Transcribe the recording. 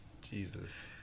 Jesus